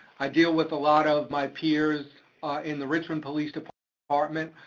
i deal with a lot of my peers in the richmond police department,